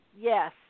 yes